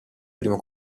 primo